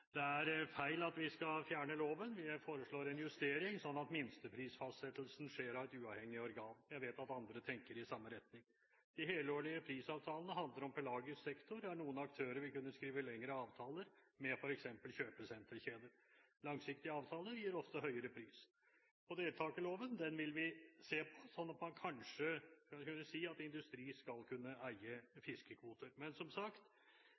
Det er feil at vi skal fjerne loven. Jeg foreslår en justering, sånn at minsteprisfastsettelsen skjer av et uavhengig organ. Jeg vet at andre tenker i samme retning. De helårlige prisavtalene handler om pelagisk sektor, der noen aktører vil kunne skrive lengre avtaler med f.eks. kjøpesenterkjeder. Langsiktige avtaler gir ofte høyere pris. Deltakerloven vil vi se på, sånn at kanskje – skal vi si – industri skal kunne eie fiskekvoter. Men, som sagt,